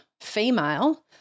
female